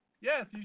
yes